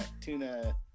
tuna